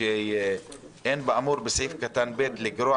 שאומר "אין באמור בסעיף קטן (ב) לגרוע